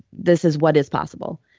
this is what is possible.